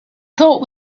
thought